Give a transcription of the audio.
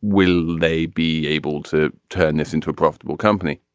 will they be able to turn this into a profitable company.